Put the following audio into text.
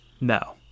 No